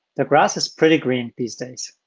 the grass is pretty green these days.